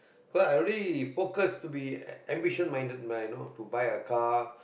cause I already focus to be a~ ambition minded my you know to buy a car